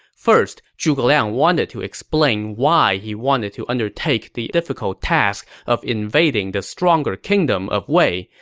first, zhuge liang wanted to explain why he wanted to undertake the difficult task of invading the stronger kingdom of wei,